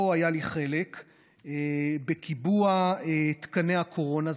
פה היה לי חלק בקיבוע תקני הקורונה,